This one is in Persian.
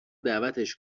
دعوتش